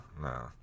no